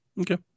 Okay